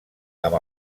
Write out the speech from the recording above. amb